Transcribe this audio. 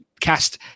cast